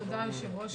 תודה, היושב-ראש.